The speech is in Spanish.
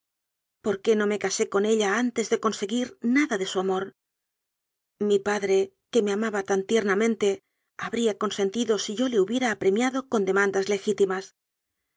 por qué no me casé con ella antes de conseguir nada de su amor mi padre que me amaba tan tierna mente habría consentido si yo le hubiera apre miado con demandas legítimas